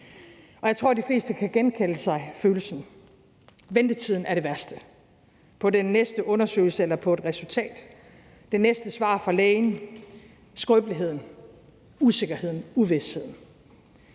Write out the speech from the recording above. af. Jeg tror, at de fleste kan genkalde sig følelsen: Ventetiden er det værste, ventetiden på den næste undersøgelse, på et resultat eller på det næste svar fra lægen – skrøbeligheden, usikkerheden, uvisheden.